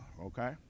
okay